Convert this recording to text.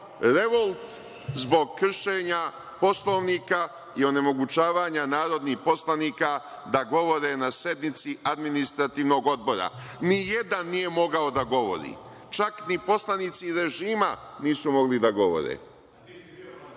revolt zbog kršenja Poslovnika i onemogućavanja narodnih poslanika da govore na sednici Administrativnog odbora. Ni jedan nije mogao da govori, čak ni poslanici režima nisu mogli da